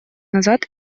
назад